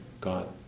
God